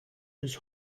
his